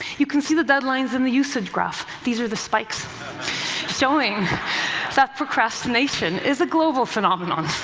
you can see the deadlines and the usage graph. these are the spikes showing that procrastination is global phenomenon.